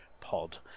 Pod